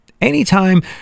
anytime